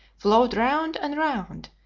flowed round and round,